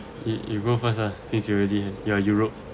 you you go first ah since you are ready your europe